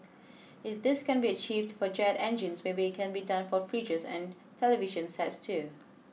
if this can be achieved for jet engines maybe it can be done for fridges and television sets too